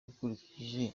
ukurikije